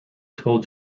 told